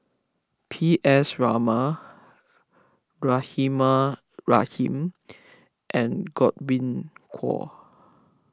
P S Raman Rahimah Rahim and Godwin Koay